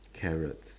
carrots